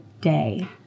day